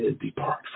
depart